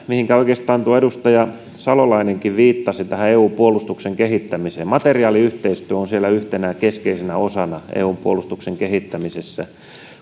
mihinkä oikeastaan edustaja salolainenkin viittasi eu puolustuksen kehittämisestä materiaaliyhteistyö on siellä yhtenä keskeisenä osana eun puolustuksen kehittämisessä